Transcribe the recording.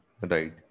Right